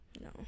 no